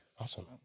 Awesome